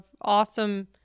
awesome